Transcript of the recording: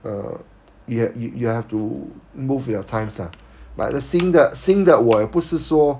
uh you you have to move with your times lah but 新的新的我也不是说